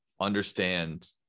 understand